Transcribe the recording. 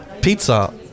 pizza